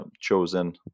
chosen